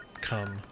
come